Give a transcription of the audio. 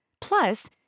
Plus